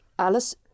Alles